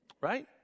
Right